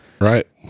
Right